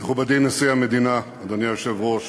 מכובדי נשיא המדינה, אדוני היושב-ראש,